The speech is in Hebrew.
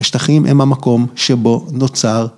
השטחים הם המקום שבו נוצר